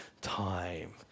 time